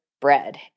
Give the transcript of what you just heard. bread